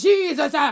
Jesus